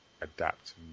adapt